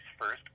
first